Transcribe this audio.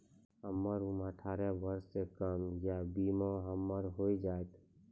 हमर उम्र अठारह वर्ष से कम या बीमा हमर हो जायत?